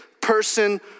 person